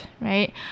right